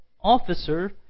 officer